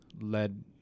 led